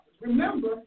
Remember